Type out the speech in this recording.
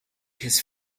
his